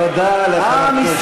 תודה לחבר הכנסת שרון גל.